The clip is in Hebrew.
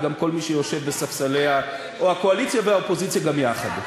וגם לכל מי שיושב בספסלי הקואליציה והאופוזיציה גם יחד.